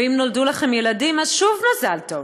ואם נולדו לכם ילדים, אז שוב מזל טוב.